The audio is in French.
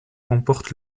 remporte